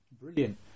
brilliant